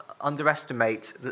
underestimate